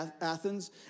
Athens